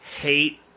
hate